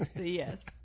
Yes